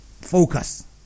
focus